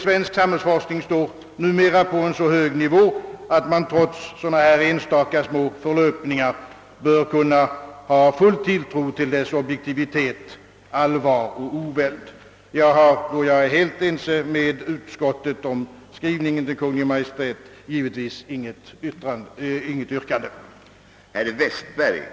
Svensk samhällsforskning står numera på en så hög nivå, att man trots sådana enstaka små förlöpningar bör kunna ha full tilltro till dess objektivitet, allvar och oväld. Jag är helt ense med utskottet om skrivningen till Kungl. Maj:t och har givetvis inget yrkande utöver utskottets.